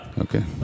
Okay